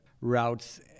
routes